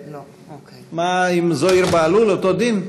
מה עם זוהיר בהלול, אותו דין?